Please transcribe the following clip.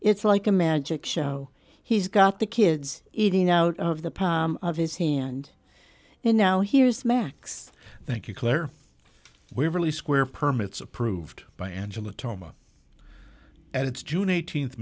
it's like a magic show he's got the kids eating out of the palm of his hand and now here's max thank you claire we're really square permits approved by angela toma at its june eighteenth